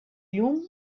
llum